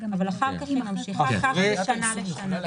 אבל אחר כך היא ממשיכה משנה לשנה.